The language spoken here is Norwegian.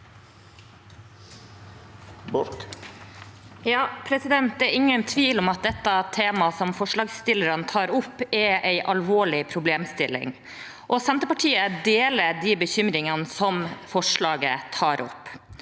Det er ingen tvil om at det temaet forslagsstillerne tar opp, er en alvorlig problemstilling. Senterpartiet deler de bekymringene som tas opp